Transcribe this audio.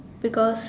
because